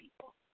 people